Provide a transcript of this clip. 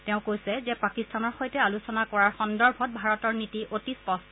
তেওঁ কৈছে যে পাকিস্তানৰ সৈতে আলোচনা কৰাৰ সন্দৰ্ভত ভাৰতৰ নীতি অতি স্পষ্ট